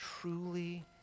truly